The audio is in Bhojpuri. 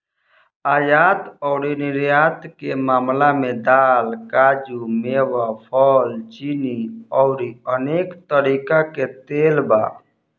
आयात अउरी निर्यात के मामला में दाल, काजू, मेवा, फल, चीनी अउरी अनेक तरीका के तेल बा